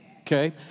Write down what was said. Okay